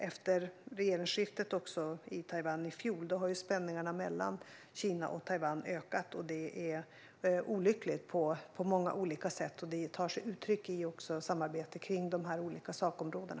Efter regeringsskiftet i Taiwan i fjol har spänningarna mellan Kina och Taiwan ökat, och det är olyckligt på många olika sätt. Det tar sig också uttryck i samarbetet på de olika sakområdena.